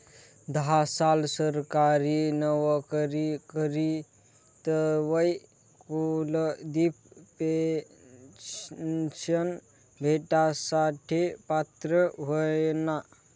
धा साल सरकारी नवकरी करी तवय कुलदिप पेन्शन भेटासाठे पात्र व्हयना